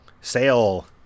Sale